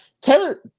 Taylor